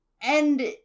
And-